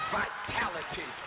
vitality